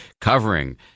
covering